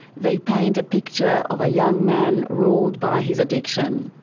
they paint a picture of a young man ruled by his addiction,